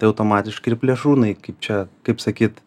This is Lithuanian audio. tai automatiškai ir plėšrūnai kaip čia kaip sakyt